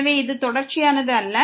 எனவே இது தொடர்ச்சியானது அல்ல